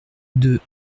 deux